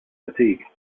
fatigue